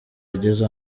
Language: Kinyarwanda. ageze